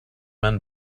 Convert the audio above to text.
men